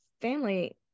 family